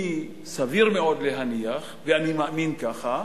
אני, סביר מאוד להניח, ואני מאמין ככה,